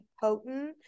potent